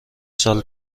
سال